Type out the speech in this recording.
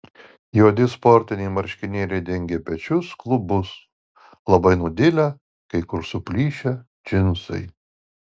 juodi sportiniai marškinėliai dengė pečius klubus labai nudilę kai kur suplyšę džinsai